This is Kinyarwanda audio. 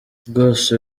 rwose